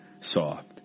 soft